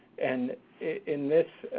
and in this,